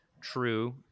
true